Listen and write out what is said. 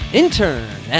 intern